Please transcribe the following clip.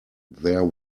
there